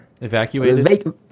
Evacuated